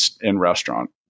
in-restaurant